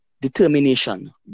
determination